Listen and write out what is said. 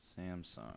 Samsung